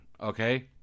okay